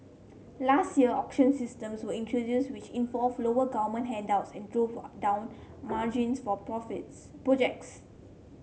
last year auction systems were introduced which involved lower government handouts and drove down margins for profits projects